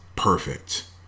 Perfect